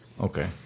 Okay